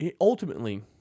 Ultimately